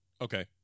Okay